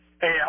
Hey